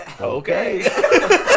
Okay